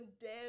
dead